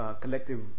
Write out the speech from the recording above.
collective